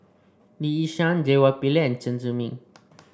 Lee Yi Shyan J Y Pillay Chen Zhiming